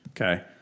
Okay